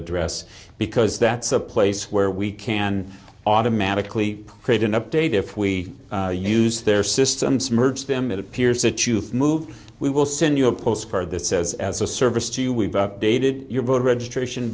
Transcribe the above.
address because that's a place where we can automatically create an update if we use their systems merge them it appears that you move we will send you a postcard this says as a service to you we've updated your voter registration